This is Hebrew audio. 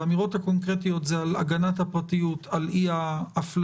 והאמירות הקונקרטיות הן על הגנת הפרטיות על אי ההפללה.